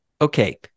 Okay